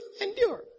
endure